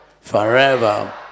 forever